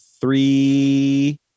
three